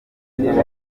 kubaho